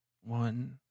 one